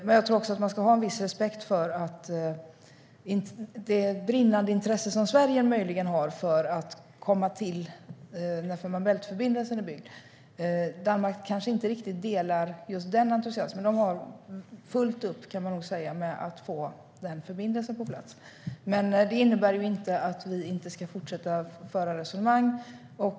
Men jag tror att man ska ha viss respekt för att det brinnande intresse som Sverige möjligen har för att komma till när Fehmarn Bält-förbindelsen är byggd kanske inte riktigt delas av Danmark. De har fullt upp, kan man nog säga, med att få förbindelsen på plats. Det innebär inte att vi inte ska fortsätta att föra resonemang.